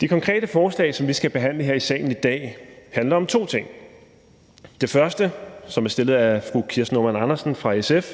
De konkrete forslag, som vi skal behandle her i salen i dag, handler om to ting. Det første forslag, som er fremsat af fru Kirsten Normann Andersen fra SF,